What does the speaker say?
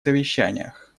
совещаниях